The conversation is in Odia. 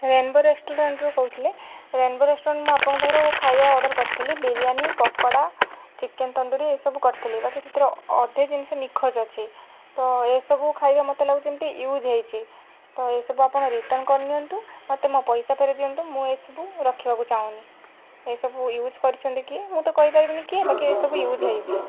ରେନ୍ବୋ ରେଷ୍ଟୁରାଣ୍ଟରୁ କହୁଥିଲେ ରେନ୍ବୋ ରେଷ୍ଟୁରାଣ୍ଟ ମୁଁ ଆପଣଙ୍କ ପାଖରୁ ଖାଇବା ଅର୍ଡ଼ର୍ କରିଥିଲି ବିରୀୟାନୀ ପୋକଡ଼ା ଚିକେନ୍ ତନ୍ଦୁରୀ ଏଇସବୁ କରିଥିଲି ବାକି ସେଥିରେ ଅଧେ ଜିନିଷ ନିଖୋଜ ଅଛି ତ ଏ ସବୁ ଖାଇବା ମୋତେ ଲାଗୁଛି ଯେମିତି ୟୁଜ୍ ହେଇଛି ତ ଏ ସବୁ ଆପଣ ରିଟର୍ନ୍ କରିନିଅନ୍ତୁ ମୋତେ ମୋ ପଇସା ଫେରାଇ ଦିଅନ୍ତୁ ମୁଁ ଏଇସବୁ ରଖିବାକୁ ଚାହୁନି ଏସବୁ ୟୁଜ୍ କରିଛନ୍ତି କିଏ ମୁଁ ତ କହି ପାରିବିନି କିଏ ବାକି ଏଇ ସବୁ ୟୁଜ୍ ହେଇଛି